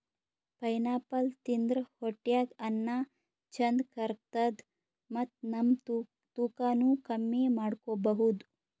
pineapple ತಿಂದ್ರ್ ಹೊಟ್ಟ್ಯಾಗ್ ಅನ್ನಾ ಚಂದ್ ಕರ್ಗತದ್ ಮತ್ತ್ ನಮ್ ತೂಕಾನೂ ಕಮ್ಮಿ ಮಾಡ್ಕೊಬಹುದ್